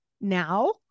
now